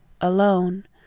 alone